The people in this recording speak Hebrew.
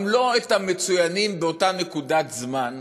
גם את הלא-מצוינים באותה נקודת זמן,